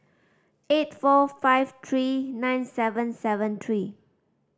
eight four five three nine seven seven three